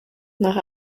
nach